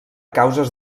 causes